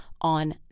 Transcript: on